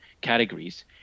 categories